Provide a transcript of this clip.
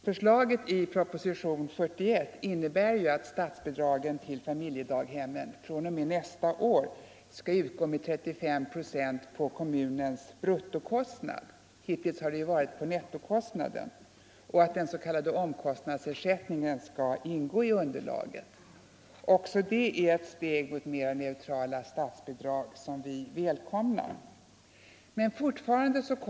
Förslaget i propositionen 141 innebär ju att statsbidragen till familjedaghemmen fr.o.m. nästa år skall utgå med 35 procent av kommunens bruttokostnad — hittills har det varit av nettokostnaden — och att den s.k. omkostnadsersättningen skall ingå i underlaget. Också det är ett steg mot mera neutrala statsbidrag som vi välkomnar.